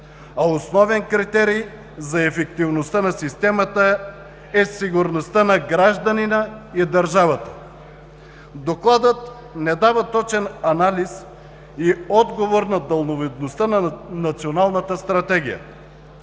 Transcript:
основен критерий за ефективността на Системата е сигурността на гражданина и държавата. Докладът не дава точен анализ и отговор на далновидността на Националната стратегия,